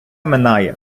минає